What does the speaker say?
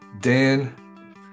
Dan